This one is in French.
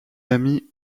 amis